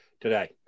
today